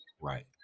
Right